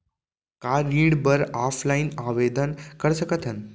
का ऋण बर ऑफलाइन आवेदन कर सकथन?